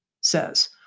says